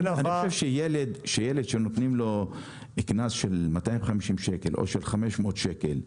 אני חושב שילד שנותנים לו קנס בסך 250 שקלים או של 500 שקלים,